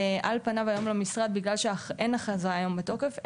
ועל פניו בגלל שאין הכרזה שהיא בתוקף היום,